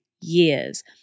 years